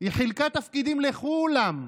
חילקה תפקידים לכולם: